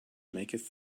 maketh